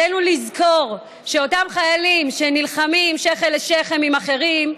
עלינו לזכור שאותם חיילים שנלחמים שכם אל שכם עם אחרים,